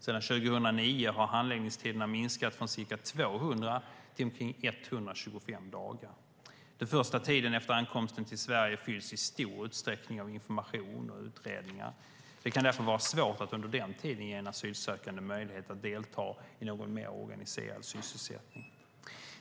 Sedan 2009 har handläggningstiderna minskat från ca 200 till omkring 125 dagar. Den första tiden efter ankomsten till Sverige fylls i stor utsträckning av information och utredningar. Det kan därför vara svårt att under den tiden ge en asylsökande möjlighet att delta i någon mer organiserad sysselsättning.